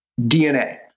DNA